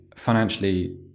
Financially